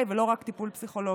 ולא רק טיפול פסיכולוגי.